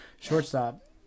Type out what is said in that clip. shortstop